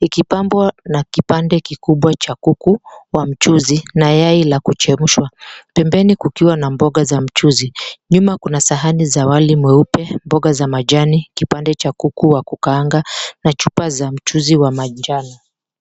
Ikipambwa na kipande kikubwa cha kuku wa mchuzi na yai la kuchemshwa, pembeni kukiwa na mboga za mchuzi. Nyuma kuna sahani za wali mweupe, mboga za majani, kipande cha kuku wa kukaanga na chupa za mchuzi wa manjano.